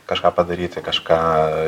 kažką padaryti kažką